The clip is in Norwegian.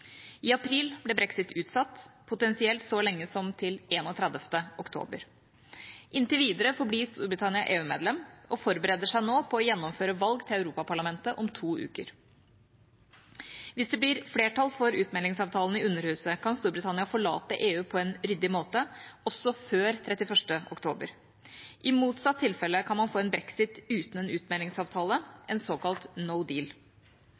I april ble brexit utsatt, potensielt så lenge som til 31. oktober. Inntil videre forblir Storbritannia EU-medlem og forbereder seg nå på å gjennomføre valg til Europaparlamentet om to uker. Hvis det blir flertall for utmeldingsavtalen i Underhuset, kan Storbritannia forlate EU på en ryddig måte også før 31. oktober. I motsatt tilfelle kan man få en brexit uten en